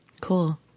Cool